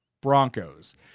broncos